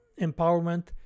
empowerment